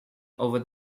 over